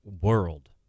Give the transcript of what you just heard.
world